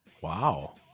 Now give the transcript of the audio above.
Wow